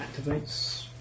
activates